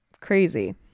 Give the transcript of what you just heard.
Crazy